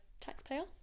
taxpayer